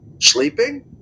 Sleeping